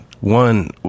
One